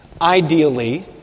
Ideally